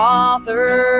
Father